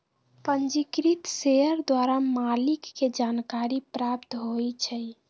पंजीकृत शेयर द्वारा मालिक के जानकारी प्राप्त होइ छइ